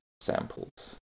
samples